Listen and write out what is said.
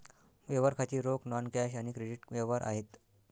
व्यवहार खाती रोख, नॉन कॅश आणि क्रेडिट व्यवहार आहेत